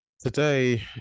Today